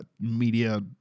media